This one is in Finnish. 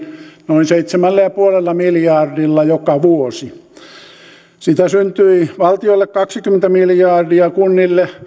noin seitsemällä pilkku viidellä miljardilla joka vuosi siitä syntyi valtiolle kaksikymmentä miljardia kunnille